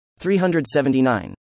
379